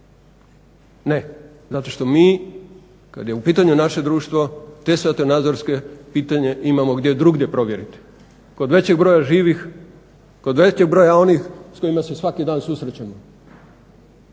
Ne, zato što mi kada je u pitanju naše društvo te svjetonazorske pitanje imamo gdje drugdje provjeriti, kod većeg broja živih kod većeg broja onih s kojima se svaki dan susrećemo.